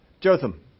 Jotham